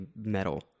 metal